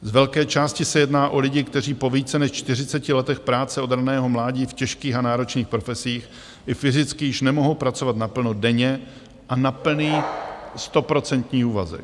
Z velké části se jedná o lidi, kteří po více než čtyřiceti letech práce od raného mládí v těžkých a náročných profesích i fyzicky již nemohou pracovat naplno denně a na plný, stoprocentní úvazek.